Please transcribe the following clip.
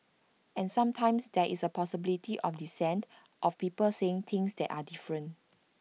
and sometimes there is the possibility of dissent of people saying things that are different